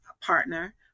partner